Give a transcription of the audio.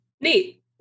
Neat